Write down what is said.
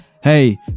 hey